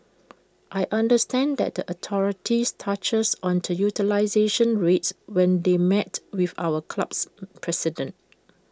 I understand that the authorities touched on utilisation rates when they met with our club's president